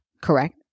Correct